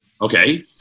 Okay